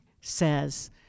says